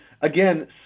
again